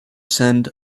send